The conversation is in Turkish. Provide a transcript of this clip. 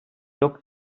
çok